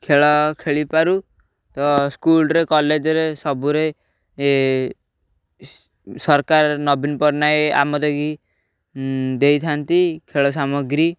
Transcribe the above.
ଖେଳ ଖେଳିପାରୁ ତ ସ୍କୁଲରେ କଲେଜରେ ସବୁରେ ସରକାର ନବୀନ ପଟ୍ଟନାୟକ ଆମ ଦେଇକି ଦେଇଥାନ୍ତି ଖେଳ ସାମଗ୍ରୀ